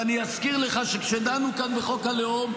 ואני אזכיר לך שכאשר דנו כאן בחוק הלאום,